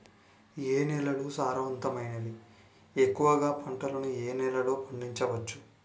ఏ నేలలు సారవంతమైనవి? ఎక్కువ గా పంటలను ఏ నేలల్లో పండించ వచ్చు?